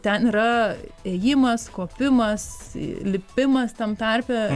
ten yra ėjimas kopimas įlipimas tam tarpe